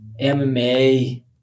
MMA